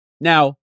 Now